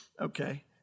Okay